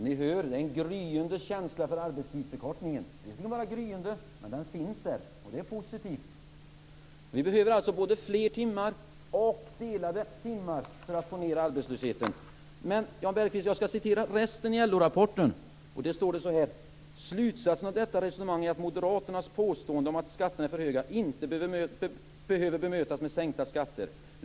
Fru talman! Ja, ni hör - en gryende känsla för arbetstidsförkortningen. Än så länge är den bara gryende, men den finns där. Det är positivt. Vi behöver alltså både fler timmar och delade timmar för att få ned arbetslösheten. Jag skall citera resten i LO-rapporten: "Slutsatserna av detta resonemang är att moderaternas påstående om att skatterna är för höga, inte behöver bemötas med sänkta skatter.